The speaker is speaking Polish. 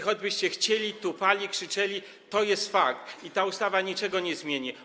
Choćbyście tupali i krzyczeli, to jest fakt i ta ustawa niczego nie zmieni.